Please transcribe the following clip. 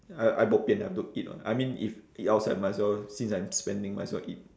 I I bo pian have to eat [what] I mean if eat outside might as well since I'm spending might as well eat